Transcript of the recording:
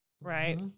right